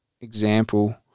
example